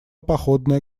походная